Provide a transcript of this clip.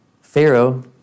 Pharaoh